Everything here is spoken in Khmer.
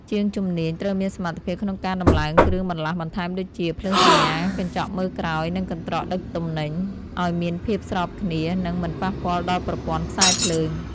ជាងជំនាញត្រូវមានសមត្ថភាពក្នុងការដំឡើងគ្រឿងបន្លាស់បន្ថែមដូចជា ភ្លើងសញ្ញា កញ្ចក់មើលក្រោយ និងកន្ត្រកដឹកទំនិញ ឱ្យមានភាពស្របគ្នា និងមិនប៉ះពាល់ដល់ប្រព័ន្ធខ្សែភ្លើង។